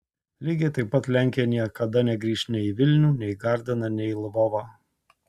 lygiai taip pat lenkija niekada negrįš nei į vilnių nei į gardiną nei į lvovą